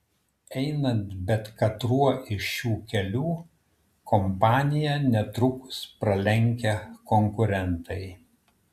einant bet katruo iš šių kelių kompaniją netrukus pralenkia konkurentai